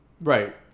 Right